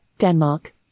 Denmark